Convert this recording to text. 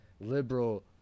liberal